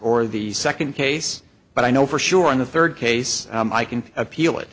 or the second case but i know for sure in the third case i can appeal it